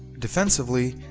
defensively,